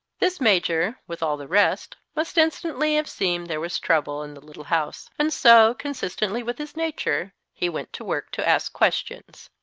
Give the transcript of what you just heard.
this major, with all the rest, must instantly have seen there was trouble in the little house and so, con sistently with his nature, he went to work to ask questions.